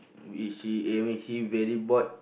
which he aiming he very bored